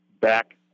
back